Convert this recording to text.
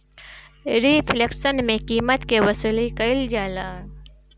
reflection में कीमत के वसूली कईल जाला